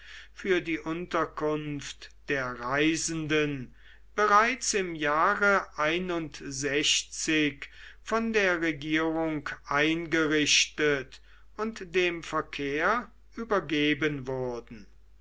für die unterkunft der reisenden bereits im jahre von der regierung eingerichtet und dem verkehr übergeben wurden